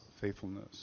faithfulness